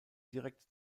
direkt